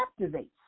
captivates